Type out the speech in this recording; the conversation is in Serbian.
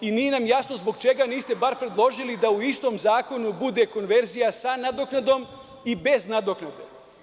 Nije nam jasno zbog čega niste bar predložili da u istom zakonu bude konverzija sa nadoknadom i bez nadoknade.